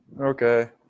Okay